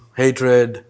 hatred